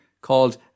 called